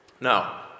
Now